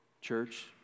church